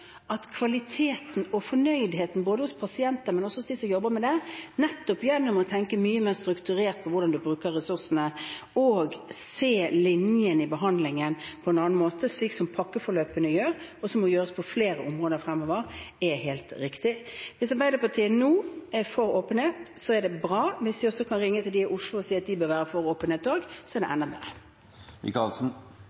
hos dem som jobber med det, gjennom å tenke mye mer strukturert på hvordan man bruker ressursene, og se linjene i behandlingen på en annen måte, slik som pakkeforløpene gjør, og som må gjøres på flere områder fremover, er helt riktig. Hvis Arbeiderpartiet nå er for åpenhet, er det bra. Hvis de også kan ringe til dem i Oslo og si at de bør være for åpenhet også, så er det